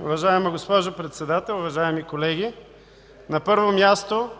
Уважаема госпожо Председател, уважаеми колеги! На първо място,